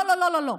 לא,